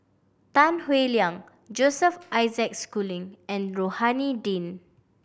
Tan Howe Liang Joseph Isaac Schooling and Rohani Din